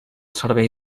servei